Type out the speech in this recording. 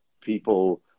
people